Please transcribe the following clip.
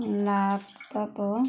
laptop